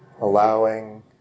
Allowing